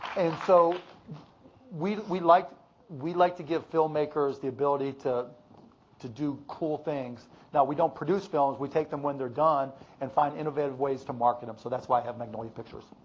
and so we we like like to give filmmakers the ability to to do cool things. now we don't produce films. we take them when they're done and find innovative ways to market em. so that's why i have magnolia pictures.